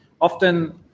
often